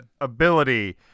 ability